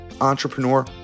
entrepreneur